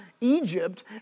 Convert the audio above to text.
Egypt